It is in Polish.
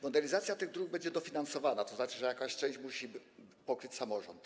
Modernizacja tych dróg będzie dofinansowywana, a to oznacza, że jakąś część musi pokryć samorząd.